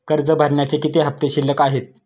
कर्ज भरण्याचे किती हफ्ते शिल्लक आहेत?